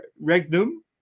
Regnum